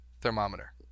Thermometer